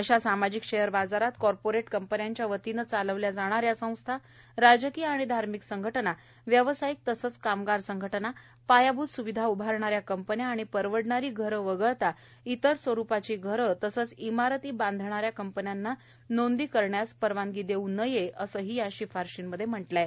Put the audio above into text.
अशा सामाजिक शेअर बाजारात कॉरपोरेट कंपन्यांच्या वतीनं चालवल्या जाणाऱ्या संस्था राजकीय आणि धार्मिक संघटना व्यवसायिक तंसच कामगार संघटना पायाभूत स्विधा उभारणाऱ्या कंपन्या आणि परवडणारी घरं वगळता इतर स्वरुपाची घरं तसंच इमारती बांधणाऱ्या कंपन्यांना नोंदणी करायला परवानगी देऊ नये असंही या शिफारशींमधे म्हटलं आहे